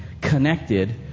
connected